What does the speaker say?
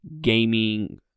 gaming